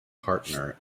partner